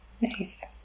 nice